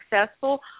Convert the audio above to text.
successful